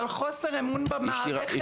על חוסר אמון טוטאלי במערכת.